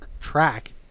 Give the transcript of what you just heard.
track